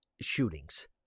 shootings